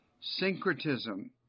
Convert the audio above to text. Syncretism